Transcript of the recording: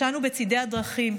"ישנו בצידי הדרכים.